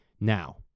Now